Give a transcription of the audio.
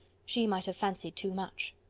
she might have fancied too much.